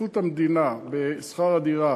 השתתפות המדינה בשכר הדירה